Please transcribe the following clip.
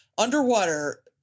Underwater